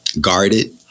guarded